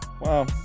wow